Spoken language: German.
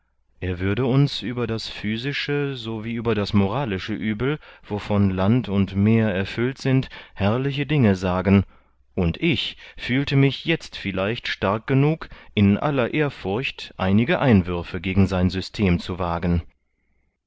er würde uns über das physische so wie über das moralische uebel wovon land und meer erfüllt sind herrliche dinge sagen und ich fühlte mich jetzt vielleicht stark genug in aller ehrfurcht einige einwürfe gegen sein system zu wagen